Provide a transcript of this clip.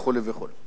וכו' וכו'.